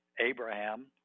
Abraham